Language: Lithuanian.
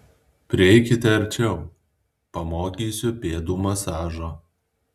prieikite arčiau pamokysiu pėdų masažo